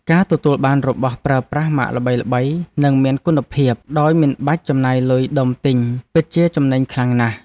ការទទួលបានរបស់ប្រើប្រាស់ម៉ាកល្បីៗនិងមានគុណភាពដោយមិនបាច់ចំណាយលុយដុំទិញ ពិតជាចំណេញខ្លាំងណាស់។